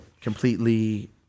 completely